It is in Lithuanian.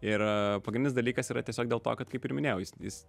ir pagrindinis dalykas yra tiesiog dėl to kad kaip ir minėjau jis jis